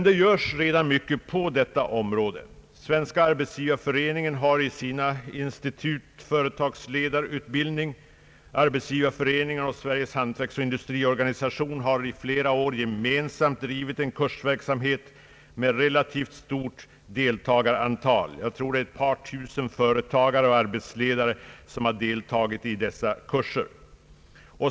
Det görs redan mycket på detta område. Svenska arbetsgivareföreningen har i sina institut arbetsledareutbildning. Arbetsgivareföreningen och Sveriges hantverksoch industriorganisation har i flera år gemensamt drivit en kursverksamhet med relativt stort deltagarantal. Jag tror att ett par tusen företagare och arbetsledare deltagit i dessa kurser.